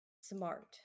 smart